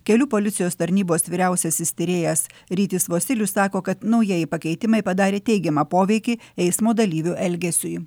kelių policijos tarnybos vyriausiasis tyrėjas rytis vosylius sako kad naujieji pakeitimai padarė teigiamą poveikį eismo dalyvių elgesiui